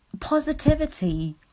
positivity